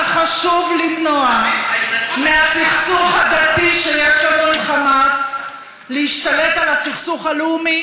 זה חשוב למנוע מהסכסוך הדתי שיש לנו עם חמאס להשתלט על הסכסוך הלאומי